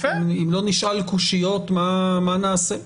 אם לא נשאל, מה נעשה?